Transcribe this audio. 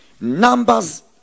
numbers